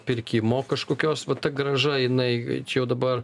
pirkimo kažkokios va ta grąža jinai čia jau dabar